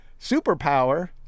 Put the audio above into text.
superpower